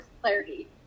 clarity